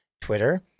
Twitter